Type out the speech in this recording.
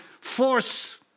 force